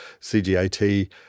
CGAT